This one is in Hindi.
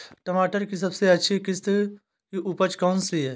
टमाटर की सबसे अच्छी किश्त की उपज कौन सी है?